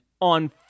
on